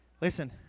listen